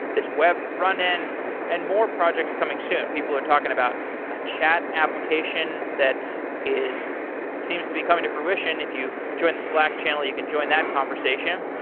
this web frontend and more projects coming soon. people are talking about a chat application that is seems to be coming to fruition. if you join the slack channel, you can join that conversation.